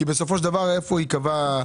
כי בסופו של דבר איפה ייקבע,